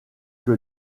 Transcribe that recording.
que